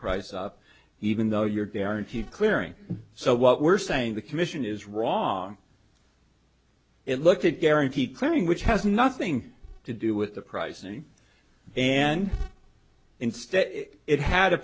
price up even though you're guaranteed clearing so what we're saying the commission is wrong it looked at guarantee clearing which has nothing to do with the pricing and instead it had a